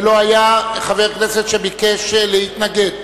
ולא היה חבר כנסת שביקש להתנגד.